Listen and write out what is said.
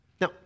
Now